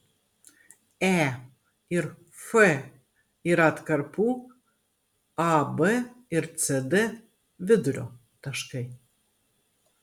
e ir f yra atkarpų ab ir cd vidurio taškai